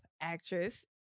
actress